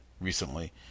recently